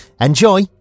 Enjoy